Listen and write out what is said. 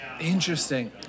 Interesting